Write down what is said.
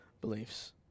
beliefs